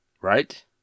Right